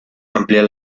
amplía